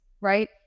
right